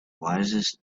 wisest